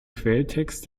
quelltext